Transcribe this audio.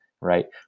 right